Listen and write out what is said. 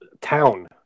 town